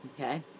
okay